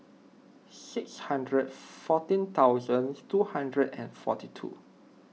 six hundred fourteen thousand two hundred and forty two